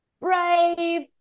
brave